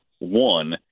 one